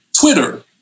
Twitter